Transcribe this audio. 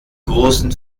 großen